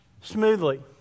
smoothly